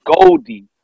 Goldie